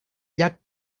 llac